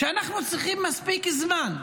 אנחנו צריכים מספיק זמן,